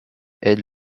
aide